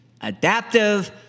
Adaptive